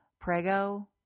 prego